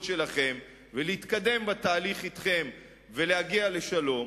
שלכם ולהתקדם בתהליך אתכם ולהגיע לשלום,